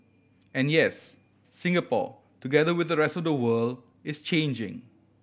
and yes Singapore together with the rest of the world is changing